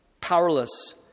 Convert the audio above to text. powerless